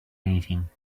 anything